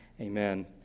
Amen